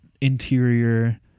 interior